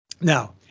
Now